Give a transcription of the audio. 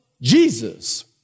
Jesus